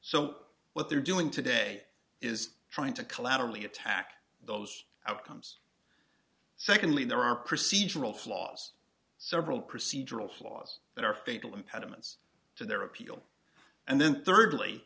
so what they're doing today is trying to collaterally attack those outcomes secondly there are procedural flaws several procedural flaws that are fatal impediments to their appeal and then third